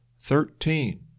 Thirteen